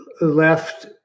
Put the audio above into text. left